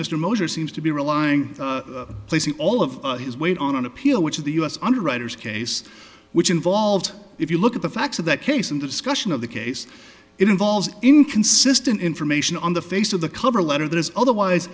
mr mosher seems to be relying placing all of his weight on an appeal which the u s underwriters case which involved if you look at the facts of that case and the discussion of the case it involves inconsistent information on the face of the cover letter that is otherwise